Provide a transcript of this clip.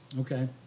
Okay